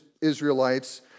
Israelites